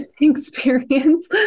experience